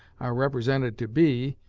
are represented to be,